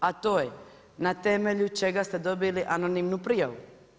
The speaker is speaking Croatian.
A to je na temelju čega ste dobili anonimnu prijavu?